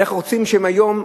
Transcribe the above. איך רוצים שהם היום,